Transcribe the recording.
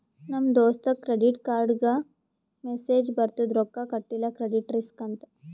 ನಮ್ ದೋಸ್ತಗ್ ಕ್ರೆಡಿಟ್ ಕಾರ್ಡ್ಗ ಮೆಸ್ಸೇಜ್ ಬರ್ತುದ್ ರೊಕ್ಕಾ ಕಟಿಲ್ಲ ಕ್ರೆಡಿಟ್ ರಿಸ್ಕ್ ಅಂತ್